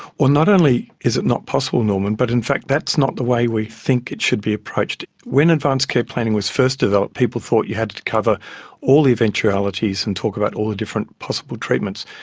not only is it not possible, norman, but in fact that's not the way we think it should be approached. when advanced care planning was first developed, people thought you had cover all eventualities and talk about all the different possible treatments.